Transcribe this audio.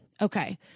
okay